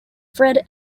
fred